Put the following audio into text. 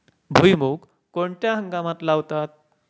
भुईमूग कोणत्या हंगामात लावतात?